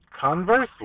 conversely